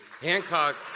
Hancock